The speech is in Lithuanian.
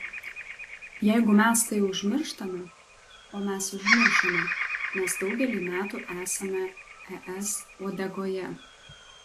jeigu mes tai užmirštame o mes užmiršome nes daugelį metų esame es uodegoje